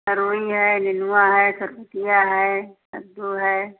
तोरई है नेनुआ है सतपुतिया है कद्दू है